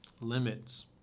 limits